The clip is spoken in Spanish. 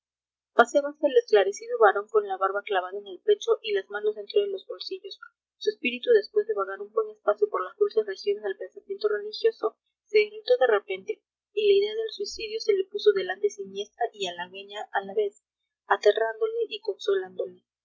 paseábase el esclarecido varón con la barba clavada en el pecho y las manos dentro de los bolsillos su espíritu después de vagar un buen espacio por las dulces regiones del pensamiento religioso se irritó de repente y la idea del suicidio se le puso delante siniestra y halagüeña a la vez aterrándole